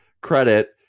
credit